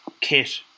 kit